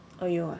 oh 有 ah